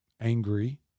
angry